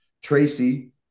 Tracy